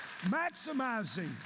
maximizing